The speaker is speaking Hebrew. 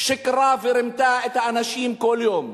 שיקרה ורימתה את האנשים כל יום?